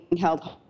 held